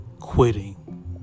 quitting